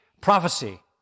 prophecy